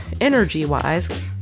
energy-wise